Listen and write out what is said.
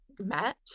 match